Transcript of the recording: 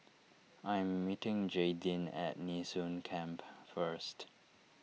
I am meeting Jaydin at Nee Soon Camp first